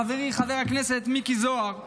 חברי, חבר הכנסת מיקי זוהר,